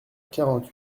quarante